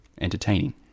entertaining